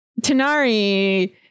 Tanari